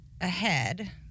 ahead